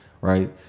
right